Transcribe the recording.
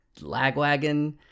Lagwagon